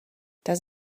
does